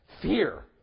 fear